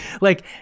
like-